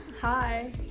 Hi